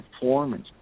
performance